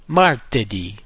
martedì